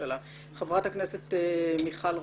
חברת הכנסת מיכל רוזין,